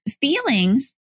feelings